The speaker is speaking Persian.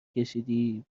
کشیدی